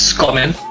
comment